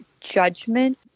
judgment